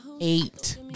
Eight